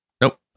Nope